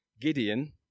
Gideon